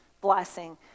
blessing